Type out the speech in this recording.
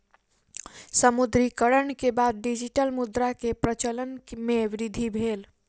विमुद्रीकरण के बाद डिजिटल मुद्रा के प्रचलन मे वृद्धि भेल